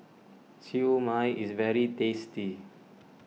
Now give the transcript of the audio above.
Siew Mai is very tasty